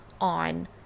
on